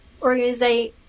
organize